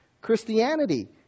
Christianity